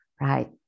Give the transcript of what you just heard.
right